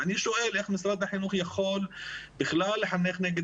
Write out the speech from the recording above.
ואני שואל איך משרד החינוך יכול בכלל לחנך נגד